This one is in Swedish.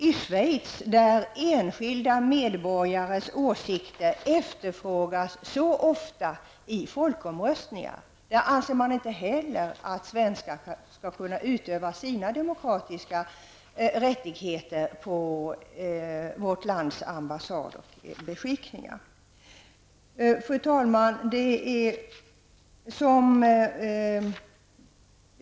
I Schweiz, där enskilda medborgares åsikter efterfrågas ofta i folkomröstningar anser man inte heller att svenskar skall kunna utöva sina demokratiska rättigheter på vårt lands ambassad eller beskickningar. Fru talman!